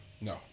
No